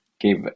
give